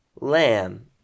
lamb